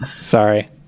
sorry